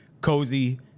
Cozy